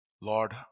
Lord